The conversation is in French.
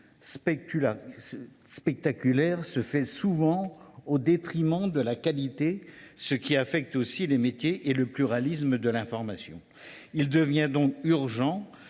spectaculaire se fait souvent au détriment de la qualité, ce qui affecte aussi les métiers et le pluralisme de l’information. Il devient donc urgent